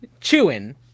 chewing